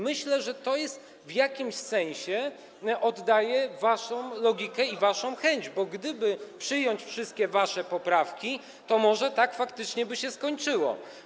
Myślę, że to w jakimś sensie oddaje waszą logikę i waszą chęć, bo gdyby przyjąć wszystkie wasze poprawki, to może tak faktycznie by się skończyło.